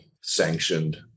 sanctioned